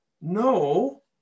No